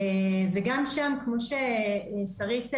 וגם, כמו ששרית ציינה,